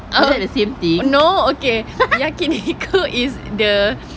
oh no okay yakiniku is the